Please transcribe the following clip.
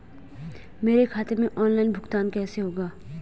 मेरे खाते में ऑनलाइन भुगतान कैसे होगा?